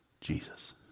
Jesus